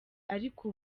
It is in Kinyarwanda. ariko